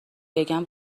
بگم